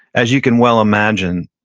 as you can well imagine,